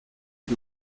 por